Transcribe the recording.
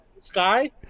Sky